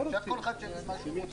לא כל אחד שיגיד מה שהוא רוצה.